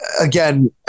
again